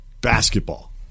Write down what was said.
basketball